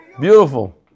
Beautiful